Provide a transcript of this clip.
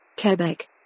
Quebec